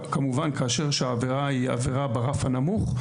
כאשר העבירה היא עבירה ברף הנמוך,